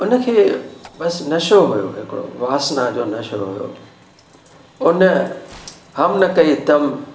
उन खे बसि नशो हुयो हिकिड़ो वासना जो नशो हुयो उन हम न कई अथमि